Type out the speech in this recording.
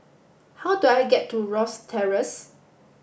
how do I get to Rosyth Terrace